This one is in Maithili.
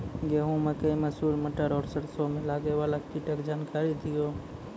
गेहूँ, मकई, मसूर, मटर आर सरसों मे लागै वाला कीटक जानकरी दियो?